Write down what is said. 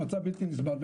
הוא מצב בלתי נסבל.